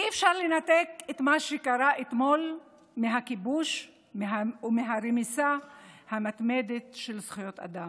אי-אפשר לנתק את מה שקרה אתמול מהכיבוש והרמיסה המתמדת של זכויות אדם.